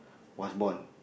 was born